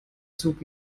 zug